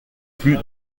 plus